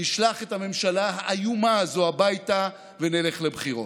נשלח את הממשלה האיומה הזאת הביתה ונלך לבחירות.